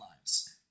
lives